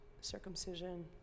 circumcision